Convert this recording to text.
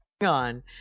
on